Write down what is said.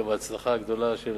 עקב ההצלחה הגדולה של